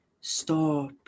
stop